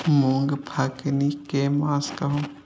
मूँग पकनी के मास कहू?